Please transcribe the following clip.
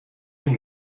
این